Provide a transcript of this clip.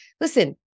Listen